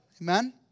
amen